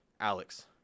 Alex